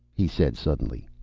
he said suddenly.